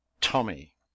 Tommy